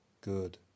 Good